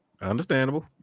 Understandable